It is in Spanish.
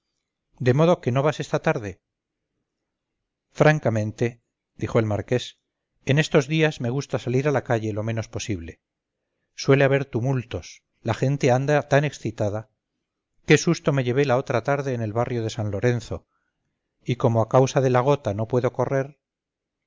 de modo que no vas esta tarde francamente dijo el marqués en estos días me gusta salir a la calle lo menos posible suele haber tumultos la gente anda tan excitada qué susto me llevé la otra tarde en el barrio de san lorenzo y como a causa de la gota no puedo correr